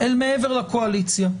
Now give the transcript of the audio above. אל מעבר לקואליציה.